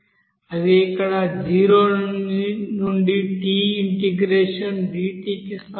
అది ఇక్కడ 0 నుండి t ఇంటెగ్రేషన్ dt కి సమానం